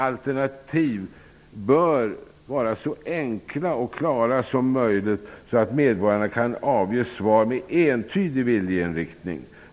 Alternativen bör vara så enkla och klara som möjligt så att medborgarna kan avge svar med entydig viljeinriktning.